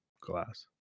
glass